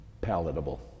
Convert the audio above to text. palatable